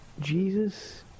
Jesus